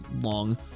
long